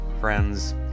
Friends